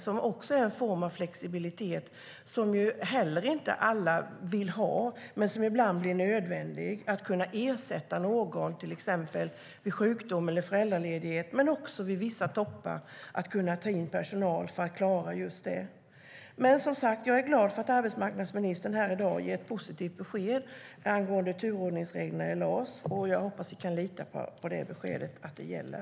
Det är också en form av flexibilitet som inte alla vill ha men som ibland blir nödvändig, till exempel för att kunna ersätta någon vid sjukdom eller föräldraledighet men också för att kunna ta in personal vid vissa toppar. Jag är som sagt var glad att arbetsmarknadsministern här i dag har gett positivt besked angående turordningsreglerna i LAS, och jag hoppas att vi kan lita på att beskedet gäller.